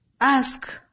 Ask